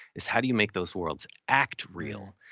is how do you make those worlds act real?